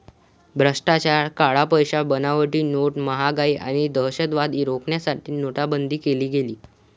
भ्रष्टाचार, काळा पैसा, बनावटी नोट्स, महागाई आणि दहशतवाद रोखण्यासाठी नोटाबंदी केली गेली